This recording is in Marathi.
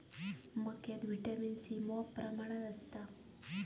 मक्यात व्हिटॅमिन सी मॉप प्रमाणात असता